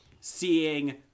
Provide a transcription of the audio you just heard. seeing